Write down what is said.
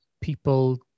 people